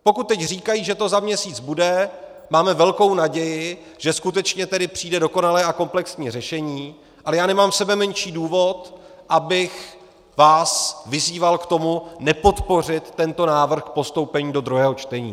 Pokud teď říkají, že to za měsíc bude, máme velkou naději, že skutečně přijde tedy dokonalé a komplexní řešení, ale já nemám sebemenší důvod, abych vás vyzýval k tomu nepodpořit tento návrh k postoupení do druhého čtení.